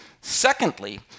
Secondly